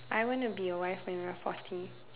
I want to be a wife when I am forty